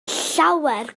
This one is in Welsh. llawer